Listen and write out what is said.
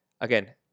Again